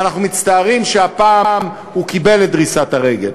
ואנחנו מצטערים שהפעם הוא קיבל את דריסת הרגל.